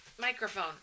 microphone